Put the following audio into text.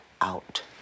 out